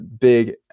big